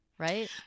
Right